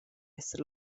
esser